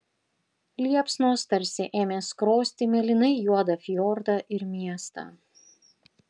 liepsnos tarsi ėmė skrosti mėlynai juodą fjordą ir miestą